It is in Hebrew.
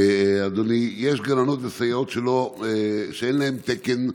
אדוני, יש גננות וסייעות שאין להן תקן.